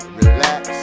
relax